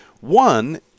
one